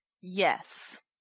Yes